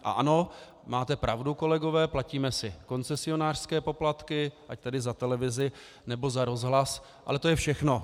Ano, máte pravdu, kolegové, platíme si koncesionářské poplatky, ať tedy za televizi, nebo za rozhlas, ale to je všechno.